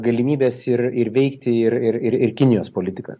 galimybes ir ir įveikti ir ir ir ir kinijos politiką